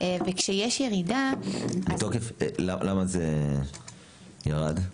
וכשיש ירידה --- למה זה ירד?